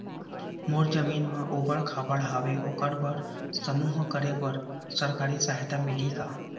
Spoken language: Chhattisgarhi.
मोर जमीन म ऊबड़ खाबड़ हावे ओकर बर समूह करे बर सरकारी सहायता मिलही का?